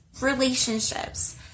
relationships